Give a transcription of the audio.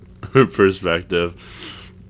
perspective